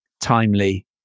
timely